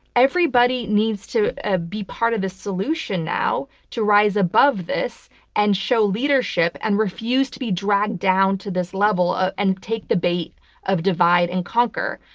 everybody needs to ah be part of the solution now, to rise above this and show leadership and refuse to be dragged down to this level ah and take the bait of divide and conquer.